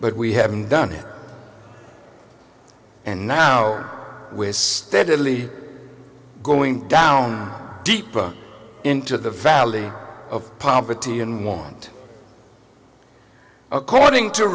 but we haven't done it and now with steadily going down deeper into the valley of poverty and want according to